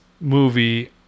movie